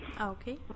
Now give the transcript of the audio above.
Okay